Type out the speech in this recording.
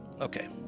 Okay